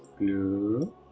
Blue